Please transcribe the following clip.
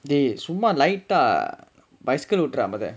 dey சும்மா:summa light டா:taa bicycle ஒட்டுரா மொத:oturaa motha